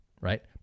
right